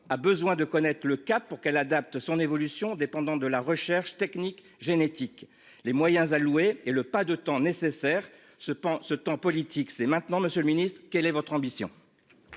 a besoin de connaître le cap pour qu'elle adapte son évolution dépendant de la recherche technique génétique les moyens alloués et le pas de temps nécessaire ce pendant ce temps politique, c'est maintenant Monsieur le Ministre, quelle est votre ambition.